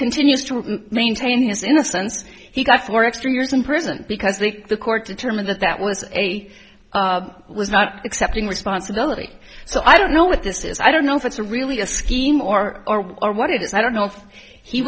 continues to maintain his innocence he got four extra years in prison because the the court determined that that was a was not accepting responsibility so i don't know what this is i don't know if it's a really a scheme or or what it is i don't know if he